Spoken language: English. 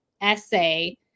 essay